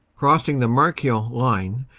crossing the marquion line,